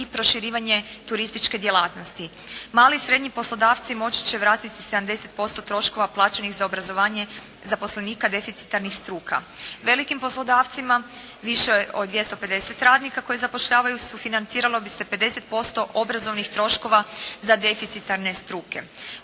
i proširivanje turističke djelatnosti. Mali i srednji poslodavci moći će vratiti 70% troškova plaćenih za obrazovanje zaposlenika deficitarnih struka. Velikim poslodavcima više od 250 radnika koje zapošljavaju sufinanciralo bi se 50% obrazovnih troškova za deficitarne struke.